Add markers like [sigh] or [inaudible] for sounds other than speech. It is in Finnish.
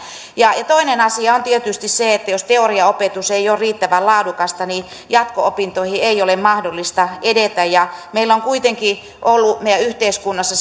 toinen asia on tietysti se että jos teoriaopetus ei ole riittävän laadukasta niin jatko opintoihin ei ole mahdollista edetä meillä on kuitenkin ollut meidän yhteiskunnassa [unintelligible]